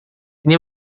ini